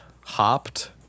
Hopped